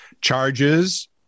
charges